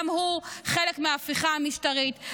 גם הוא חלק מההפיכה המשטרית.